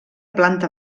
planta